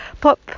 pop